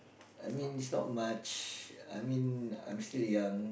I mean it's not much I mean I'm still young